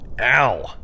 ow